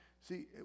see